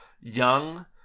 young